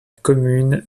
commune